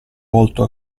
volto